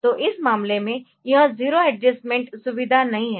तो इस मामले में यह 0 एडजस्टमेंट सुविधा नहीं है